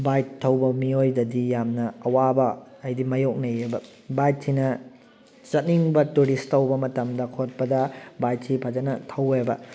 bike ꯊꯧꯕ ꯃꯤꯑꯣꯏꯗꯗꯤ ꯌꯥꯝꯅ ꯑꯋꯥꯕ ꯍꯥꯏꯗꯤ ꯃꯥꯌꯣꯛꯅꯩꯌꯦꯕ ꯕꯥꯏꯛꯁꯤꯅ ꯆꯠꯅꯤꯡꯕ ꯇꯨꯔꯤꯁ ꯇꯧꯕ ꯃꯇꯝꯗ ꯍꯣꯠꯄꯗ ꯕꯥꯏꯛꯁꯤ ꯐꯖꯅ ꯊꯧꯋꯦꯕ